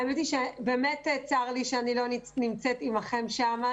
האמת היא שבאמת צר לי שאני לא נמצאת עמכם שם,